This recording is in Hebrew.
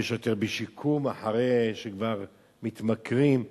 יש יותר בשיקום אחרי שכבר מתמכרים.